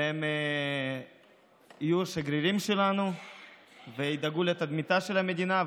והם יהיו השגרירים שלנו וידאגו לתדמיתה של המדינה.